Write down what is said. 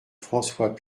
françois